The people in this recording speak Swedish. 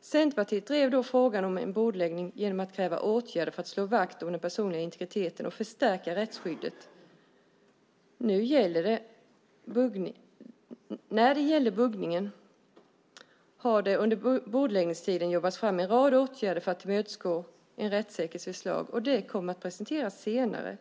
Centerpartiet drev då frågan till bordläggning genom att kräva åtgärder för att slå vakt om den personliga integriteten och förstärka rättsskyddet. När det gäller buggningen har det under bordläggningstiden jobbats fram en rad åtgärder för att tillmötesgå ett rättssäkert förslag, och det kommer att presenteras senare.